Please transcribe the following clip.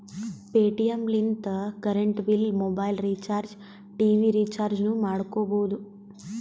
Paytm ಲಿಂತ current bill, mobile recharge, TV ರಿಚಾರ್ಜನೂ ಮಾಡ್ಕೋಬೋದು